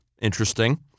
Interesting